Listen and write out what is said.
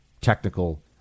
technical